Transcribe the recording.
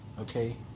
Okay